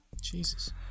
Jesus